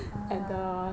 !wah!